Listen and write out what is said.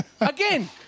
again